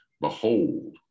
behold